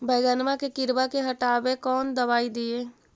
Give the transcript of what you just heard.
बैगनमा के किड़बा के हटाबे कौन दवाई दीए?